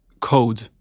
code